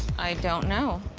i don't know.